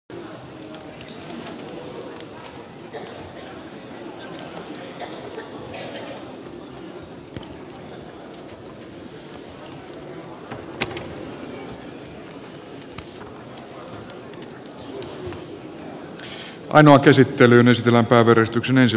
käsittelyn ystävä verestyksen ensin